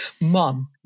Mom